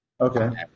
Okay